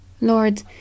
Lord